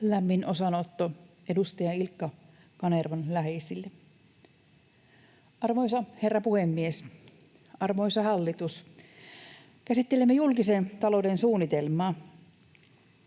Lämmin osanotto edustaja Ilkka Kanervan läheisille. Arvoisa herra puhemies! Arvoisa hallitus! Käsittelemme julkisen talouden suunnitelmaa.